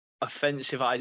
offensive